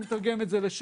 אני מתרגם את זה לשעות.